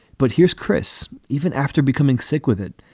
but here's chris. even after becoming sick with it,